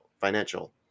Financial